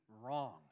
wrong